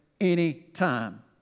anytime